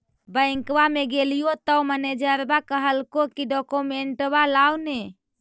बैंकवा मे गेलिओ तौ मैनेजरवा कहलको कि डोकमेनटवा लाव ने?